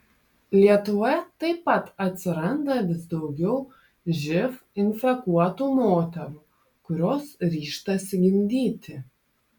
lietuvoje taip pat atsiranda vis daugiau živ infekuotų moterų kurios ryžtasi gimdyti